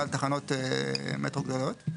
מעל תחנות מטרו גלויות,